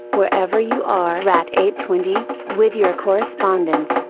wherever you are at eight twenty, with your correspondence,